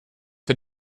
for